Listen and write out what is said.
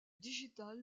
digital